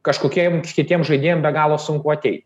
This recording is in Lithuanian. kažkokiem kitiem žaidėjam be galo sunku ateit